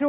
Jag